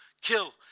kill